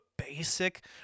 Basic